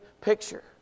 picture